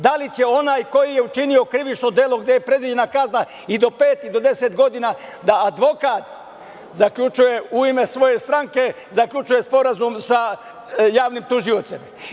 Da li će onaj ko je činio krivično delo, gde je predviđena kazna i do pet i do 10 godina, da advokat u ime svoje stranke, zaključuje sporazum sa javnim tužiocem?